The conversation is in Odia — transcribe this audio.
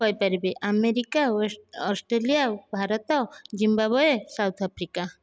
କହିପାରିବି America Australia Bharat Zimbabwe South Africa